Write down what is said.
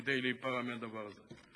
כדי להיפרע מהדבר הזה.